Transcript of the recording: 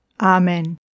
Amen